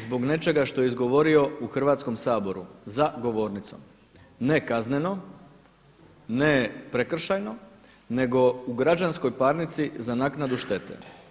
zbog nečega što je izgovorio u Hrvatskom saboru za govornicom, ne kazneno, ne prekršajno nego u građanskoj parnici za naknadu štete.